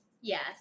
Yes